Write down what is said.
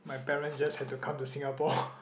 my parents just had to come to Singapore